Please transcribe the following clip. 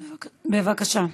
בבקשה.